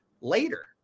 later